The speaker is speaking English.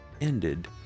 ended